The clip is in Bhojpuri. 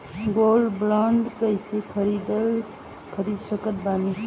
गोल्ड बॉन्ड कईसे खरीद सकत बानी?